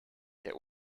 der